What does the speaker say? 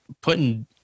putting